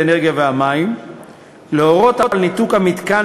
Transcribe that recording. האנרגיה והמים להורות על ניתוק המתקן